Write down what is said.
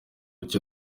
icyo